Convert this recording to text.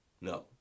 No